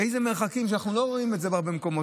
במרחקים שאנחנו לא רואים בהרבה מקומות.